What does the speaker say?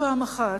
ופעם אחת,